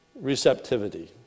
receptivity